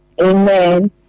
amen